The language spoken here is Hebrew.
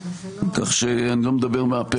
כך שאני לא מדבר מבפה אל החוץ.